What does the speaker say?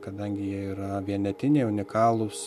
kadangi jie yra vienetiniai unikalūs